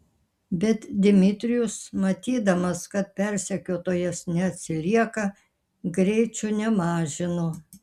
bet dmitrijus matydamas kad persekiotojas neatsilieka greičio nemažino